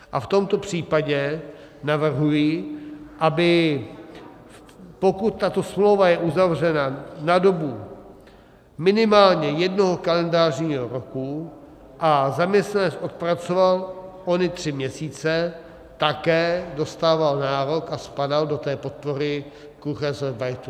A v tomto případě navrhuji, aby, pokud tato smlouva je uzavřena na dobu minimálně jednoho kalendářního roku a zaměstnanec odpracoval ony tři měsíce, také dostával nárok a spadal do podpory kurzarbeitu.